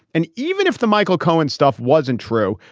and even if the michael cohen stuff wasn't true,